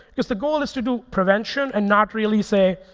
because the goal is to do prevention and not really say,